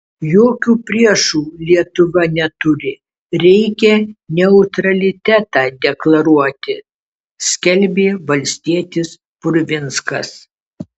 jokių priešų lietuva neturi reikia neutralitetą deklaruoti skelbė valstietis purvinskas